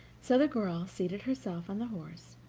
so the girl seated herself on the horse,